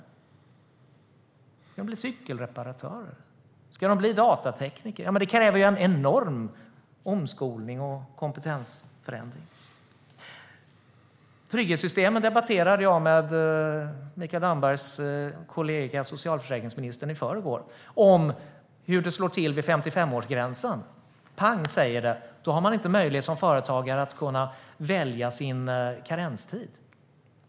Ska de bli cykelreparatörer eller datatekniker? Det kräver en enorm omskolning och kompetensförändring. Trygghetssystemen debatterade jag med Mikael Dambergs kollega socialförsäkringsministern i förrgår. Vid 55-årsgränsen säger det pang, och så har man som företagare inte möjlighet att välja sin karenstid.